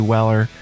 Weller